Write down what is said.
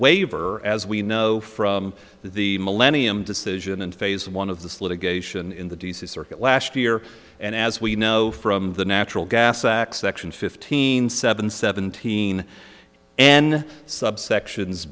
waiver as we know from the the millennium decision in phase one of this litigation in the d c circuit last year and as we know from the natural gas attack section fifteen seven seventeen and subsections